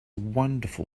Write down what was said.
wonderful